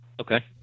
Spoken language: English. Okay